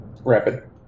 rapid